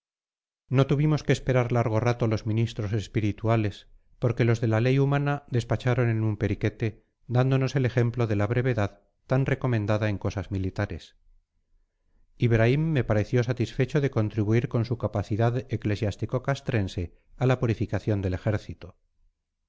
no tuvimos que esperar largo tiempo los ministros espirituales porque los de la ley humana despacharon en un periquete dándonos el ejemplo de la brevedad tan recomendada en cosas militares ibraim me pareció satisfecho de contribuir con su capacidad eclesiástico castrense a la purificación del ejército